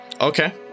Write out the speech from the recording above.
Okay